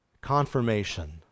Confirmation